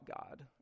God